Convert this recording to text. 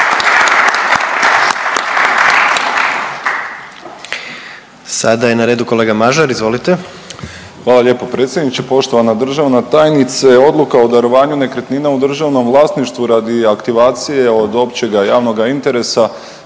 Sada je na redu kolega Mažar, izvolite. **Mažar, Nikola (HDZ)** Hvala lijepo predsjedniče, poštovana državna tajnice. Odluka o darovanju nekretnina u državnom vlasništvu radi aktivacije od općega javnoga interesa